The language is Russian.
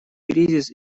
кризис